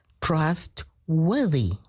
Trustworthy